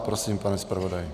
Prosím, pane zpravodaji.